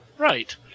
Right